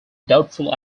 doubtful